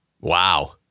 Wow